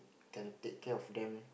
can take care of them